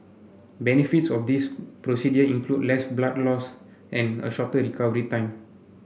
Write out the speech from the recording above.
benefits of this procedure include less blood loss and a shorter recovery time